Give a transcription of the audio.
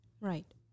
right